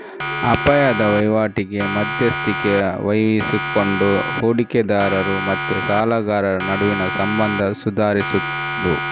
ಅಪಾಯದ ವೈವಾಟಿಗೆ ಮಧ್ಯಸ್ಥಿಕೆ ವಹಿಸಿಕೊಂಡು ಹೂಡಿಕೆದಾರರು ಮತ್ತೆ ಸಾಲಗಾರರ ನಡುವಿನ ಸಂಬಂಧ ಸುಧಾರಿಸುದು